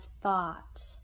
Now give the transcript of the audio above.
thought